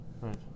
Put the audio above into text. Right